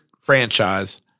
franchise